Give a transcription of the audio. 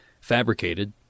fabricated